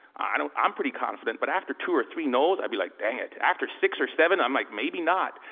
i am pretty confident but after two or three noes i'd be like damn it. after six or seven, i'm like maybe not!